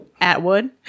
Atwood